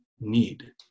need